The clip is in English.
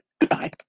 goodbye